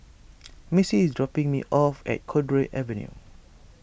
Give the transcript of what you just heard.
Missie is dropping me off at Cowdray Avenue